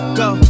go